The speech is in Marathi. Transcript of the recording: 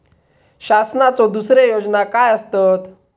शासनाचो दुसरे योजना काय आसतत?